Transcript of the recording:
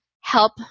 help